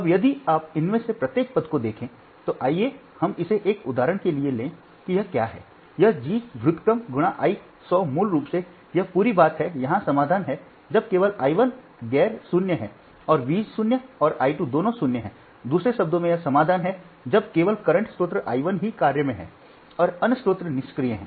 अब यदि आप इनमें से प्रत्येक पद को देखें तो आइए हम इसे एक उदाहरण के लिए लें कि यह क्या है यह G व्युत्क्रम × I 1 0 0 मूल रूप से यह पूरी बात है यहाँ समाधान है जब केवल I 1 गैर 0 है और V 0 और I 2 दोनों 0 हैंदूसरे शब्दों में यह समाधान है जब केवल करंट स्रोत I 1 ही कार्य मैं है और अन्य स्रोत निष्क्रिय हैं